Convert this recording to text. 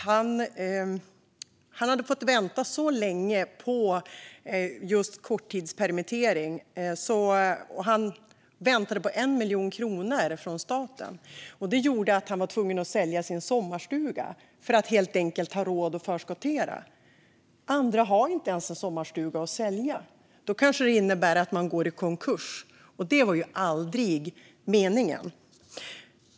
Han hade fått vänta länge på stöd för korttidspermittering från staten, och han väntade på 1 miljon kronor. Det gjorde att han var tvungen att sälja sin sommarstuga för att ha råd att förskottera. Andra har inte ens en sommarstuga att sälja. Det kanske innebär att de går i konkurs, och det var ju aldrig meningen.